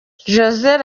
joseph